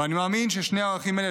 ואני מאמין ששני הערכים האלה,